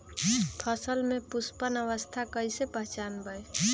फसल में पुष्पन अवस्था कईसे पहचान बई?